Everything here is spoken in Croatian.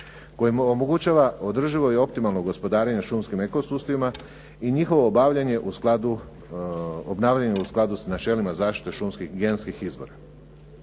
mu omogućava održivo i optimalno gospodarenje šumskim eko sustavima i njihovo obnavljanje u skladu sa načelima šumskih genskih izvora.